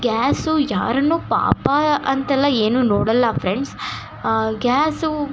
gas ಯಾರನ್ನು ಪಾಪ ಅಂತೆಲ್ಲ ಏನು ನೋಡಲ್ಲ ಫ್ರೆಂಡ್ಸ್ ಗ್ಯಾಸು